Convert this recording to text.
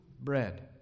bread